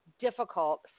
difficult